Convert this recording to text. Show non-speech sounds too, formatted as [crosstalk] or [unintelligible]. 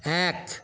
এক [unintelligible]